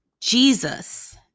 Jesus